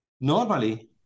Normally